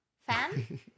fan